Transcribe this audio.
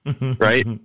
Right